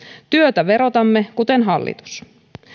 työtä verotamme kuten hallitus